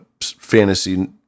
Fantasy